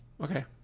Okay